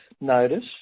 notice